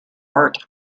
wirt